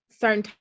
certain